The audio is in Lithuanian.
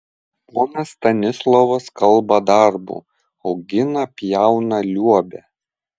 ponas stanislovas kalba darbu augina pjauna liuobia